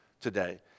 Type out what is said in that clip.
today